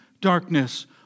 darkness